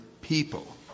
people